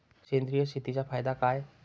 सेंद्रिय शेतीचा फायदा काय?